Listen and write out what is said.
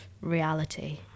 reality